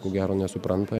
ko gero nesupranta